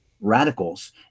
radicals